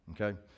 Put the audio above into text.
okay